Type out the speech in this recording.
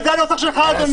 זה הנוסח שלך, אדוני.